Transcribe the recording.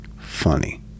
funny